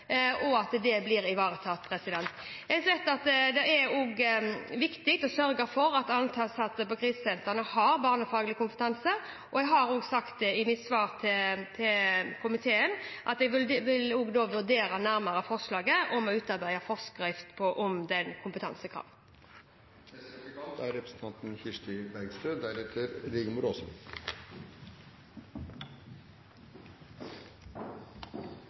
– at det blir ivaretatt. Jeg vet at det også er viktig å sørge for at ansatte på krisesentrene har barnefaglig kompetanse, og har sagt i mitt svar til komiteen at jeg vil vurdere nærmere forslaget om å utarbeide en forskrift om det kompetansekravet. Statsråden la i sitt innlegg stor vekt på kommunal frihet. I dette spørsmålet kan kommunenes frihet stilles opp mot den